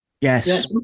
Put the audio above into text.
Yes